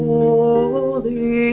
Holy